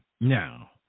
now